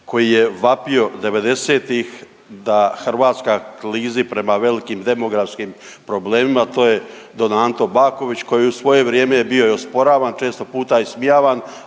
koji je vapio 90-ih da Hrvatska klizi prema velikim demografskim problemima, to je don Anto Baković koji je u svoje vrijeme bio i osporavan, često puta ismijavan,